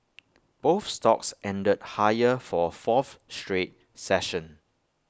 both stocks ended higher for A fourth straight session